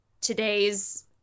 today's